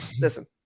listen